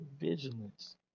vigilance